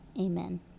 Amen